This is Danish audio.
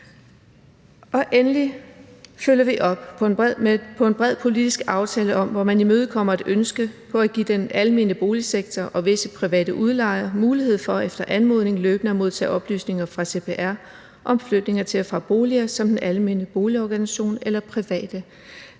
Endelig følger vi op på en bred politisk aftale, hvor man imødekommer et ønske om at give den almene boligsektor og visse private udlejere mulighed for efter anmodning løbende at modtage oplysninger fra CPR om flytninger til og fra boliger, som den almene boligorganisation eller private